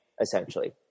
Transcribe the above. Essentially